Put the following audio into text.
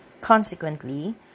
Consequently